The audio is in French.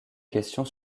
questions